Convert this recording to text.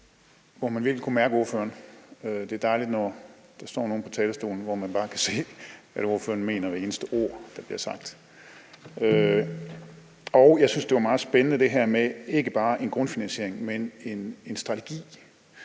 hvor man virkelig kunne mærke ordføreren. Det er dejligt, når der står en ordfører på talerstolen, hvor man bare kan se, at ordføreren mener hvert eneste ord, der bliver sagt. Jeg synes, at det her med ikke bare en grundfinansiering, men en strategi